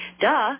duh